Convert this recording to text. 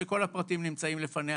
כשכל הפרטים נמצאים לפניה,